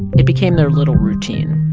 it became their little routine.